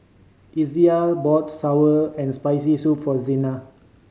Izayah bought sour and Spicy Soup for Zena